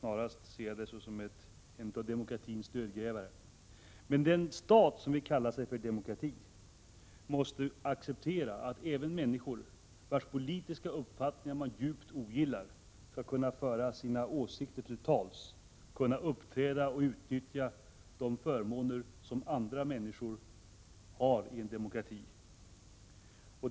Snarare ser jag den som en av demokratins dödgrävare. Men den stat som vill kalla sig för demokrati måste acceptera att även människor, vilkas politiska uppfattningar man djupt ogillar, skall kunna fritt uppträda, föra ut sina åsikter och utnyttja de förmåner som andra människor har i en demokrati.